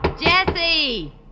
Jesse